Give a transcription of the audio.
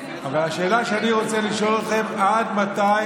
אבל השאלה שאני רוצה לשאול אתכם: עד מתי